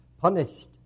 punished